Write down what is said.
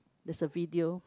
there's a video